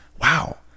wow